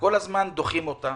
וכל הזמן דוחים אותה,